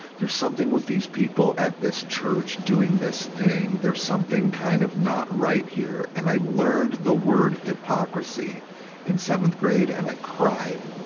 there's something with these people at this church doing this thing, there's something kind of not right here. and i learned the work hypocrisy in seventh grade, and i cried,